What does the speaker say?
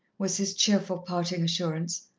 was his cheerful parting assurance.